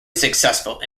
successful